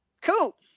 cool